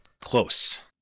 Close